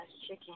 chicken